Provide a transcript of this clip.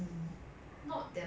like poly you still can play